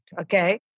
Okay